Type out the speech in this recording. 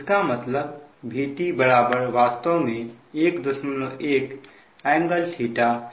इसका मतलब Vt वास्तव में 11∟θ है